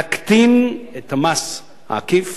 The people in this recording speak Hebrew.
להקטין את המס העקיף